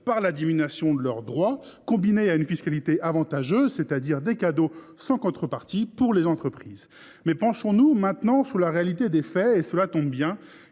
par la diminution de leurs droits, combinée à une fiscalité avantageuse, c’est à dire à des cadeaux sans contreparties pour les entreprises. Néanmoins, penchons nous maintenant sur la réalité des faits. Cela tombe bien,